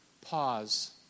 pause